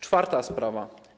Czwarta sprawa.